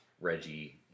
Reggie